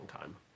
time